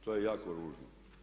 To je jako ružno.